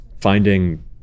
finding